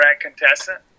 contestant